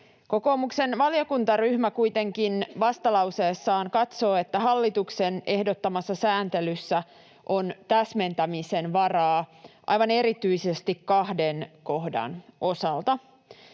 Kokoomuksen valiokuntaryhmä kuitenkin vastalauseessaan katsoo, että hallituksen ehdottamassa sääntelyssä on täsmentämisen varaa aivan erityisesti kahden kohdan osalta: